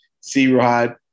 C-Rod